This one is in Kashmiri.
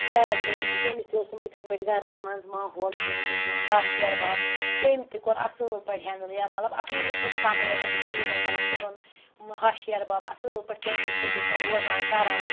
بیٛاکھ بٮ۪نہِ تہِ تٔمِس تہِ اوسُم یِتھٕے پٲٹھۍ گَرَس منٛز ماحول یِتھٕے پٲٹھۍ اوس تٔمِس ہَش ہِحٮ۪ربب تٔمۍ تہِ کوٚر اَصٕل پٲٹھۍ ہینٛڈٕل مَطلَب اَصٕل پٲٹھۍ سَمبولُن شوٗرُن مَطلَب کوٚرُن مَطلَب ہَش ہِحٮ۪ربب اَصٕل پٲٹھۍ تٕمۍ سٕے سۭتۍ ییٚکیا روزان کَران